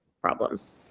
problems